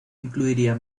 incluiría